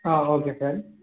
ah okay sir